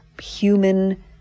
human